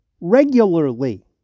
regularly